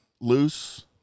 loose